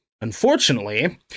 Unfortunately